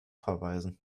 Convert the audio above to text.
verweisen